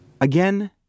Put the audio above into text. Again